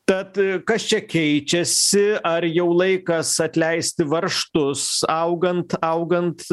tad kas čia keičiasi ar jau laikas atleisti varžtus augant augant